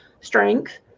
strength